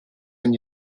ein